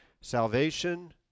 salvation